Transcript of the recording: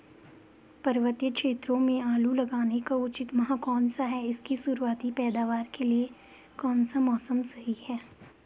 पर्वतीय क्षेत्रों में आलू लगाने का उचित माह कौन सा है इसकी शुरुआती पैदावार के लिए कौन सा मौसम सही है?